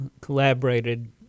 collaborated